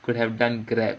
could have done Grab